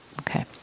Okay